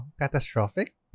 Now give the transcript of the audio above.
Catastrophic